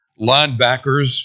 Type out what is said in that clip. linebackers